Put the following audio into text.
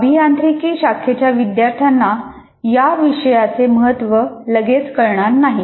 अभियांत्रिकी शाखेच्या विद्यार्थ्यांना या विषयाचे महत्त्व लगेच कळणार नाही